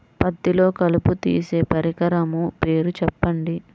పత్తిలో కలుపు తీసే పరికరము పేరు చెప్పండి